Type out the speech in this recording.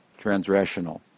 transrational